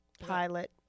pilot